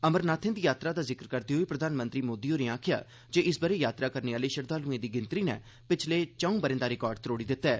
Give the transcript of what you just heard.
अमरनाथें दी यात्रा दा ज़िक्र करदे होई प्रघानमंत्री मोदी होरें आक्खेआ जे इस बरे यात्रा करने आले श्रद्वालुए दी गिनत्री नै पिछले च'ऊं बरें दा रिकार्ड त्रोड़ी दित्ता ऐ